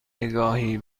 نگاهی